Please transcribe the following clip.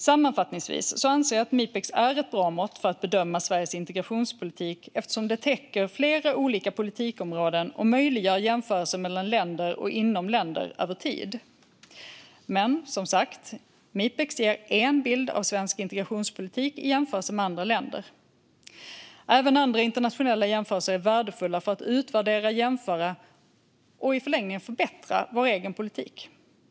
Sammanfattningsvis anser jag att Mipex är ett bra mått för att bedöma Sveriges integrationspolitik eftersom det täcker flera olika politikområden och möjliggör jämförelser mellan länder och inom länder över tid. Men som jag sagt ger Mipex en bild av svensk integrationspolitik i jämförelse med andra länder. Även andra internationella jämförelser är värdefulla för att utvärdera, jämföra och i förlängningen förbättra vår egen politik.